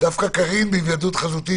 דווקא קארין בהיוועדות חזותית,